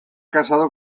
casado